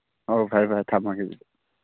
ꯑꯣ ꯐꯔꯦ ꯐꯔꯦ ꯊꯝꯃꯒꯦ ꯑꯗꯨꯗꯤ